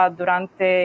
durante